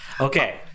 Okay